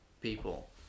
people